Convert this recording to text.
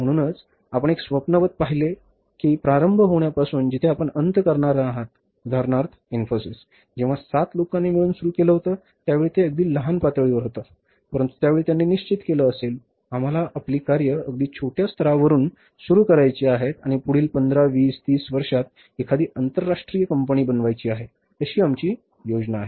म्हणून आपण एक स्वप्नवत बनले पाहिजे की प्रारंभ होण्यापासून जिथे आपण अंत करणार आहात उदाहरणार्थ इन्फोसिस जेव्हा सात लोकांनी मिळून सुरु केलं होतं त्यावेळी ते अगदी लहान पातळीवर होते परंतु त्यावेळी त्यांनी निश्चित केले असेल आम्हाला आपली कार्ये अगदी छोट्या स्तरावरुन सुरू करायची आहेत आणि पुढील पंधरा वीस तीस वर्षांत एखादी आंतरराष्ट्रीय कंपनी बनवायची आहे अशी आमची योजना आहे